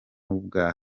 ubwa